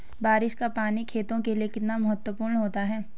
बारिश का पानी खेतों के लिये कितना महत्वपूर्ण होता है?